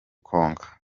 konka